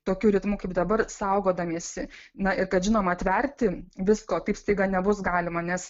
tokiu ritmu kaip dabar saugodamiesi na ir kad žinoma atverti visko taip staiga nebus galima nes